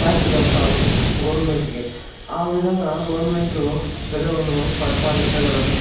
tax కడతారు government కి ఆ విధంగా గవర్నమెంటు ప్రజల్ను పరిపాలించగలదు